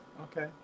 okay